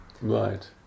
Right